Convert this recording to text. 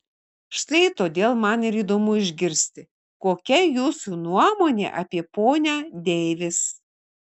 štai todėl man ir įdomu išgirsti kokia jūsų nuomonė apie ponią deivis